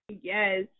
Yes